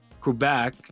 Quebec